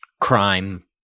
crime